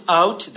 out